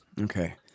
Okay